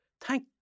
thank